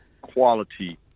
quality